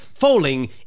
falling